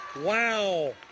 Wow